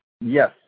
Yes